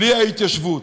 בלי ההתיישבות,